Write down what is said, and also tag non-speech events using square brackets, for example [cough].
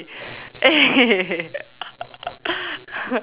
eh [laughs]